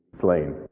slain